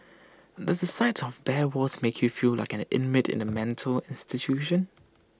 does the sight of bare walls make you feel like an inmate in A mental institution